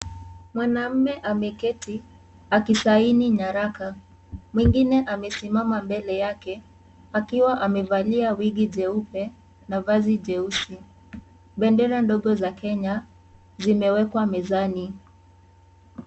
Mwanamme ameketi akisaini nyaraka mwingine amesimama mbele yake akiwa amevalia wigi jeupe na vazi jeusi. Bendera ndogo za Kenya zimewekwa mezani.